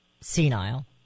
senile